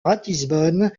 ratisbonne